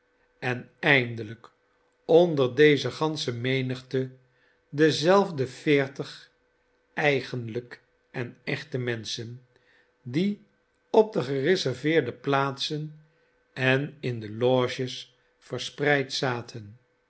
en eindelijk onder deze gansche menigte dezelfde veertig eigenlijke en echte menschen die op de gereserveerde plaatsen en in de loges verspreid zaten